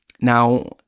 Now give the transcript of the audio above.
Now